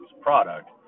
product